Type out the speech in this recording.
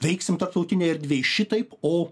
veiksim tarptautinėj erdvėj šitaip o